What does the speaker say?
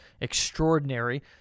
extraordinary